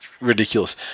Ridiculous